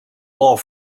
more